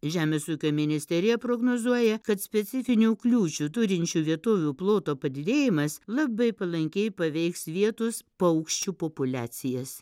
žemės ūkio ministerija prognozuoja kad specifinių kliūčių turinčių vietovių ploto padidėjimas labai palankiai paveiks vietos paukščių populiacijas